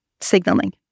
signaling